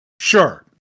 Sure